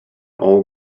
all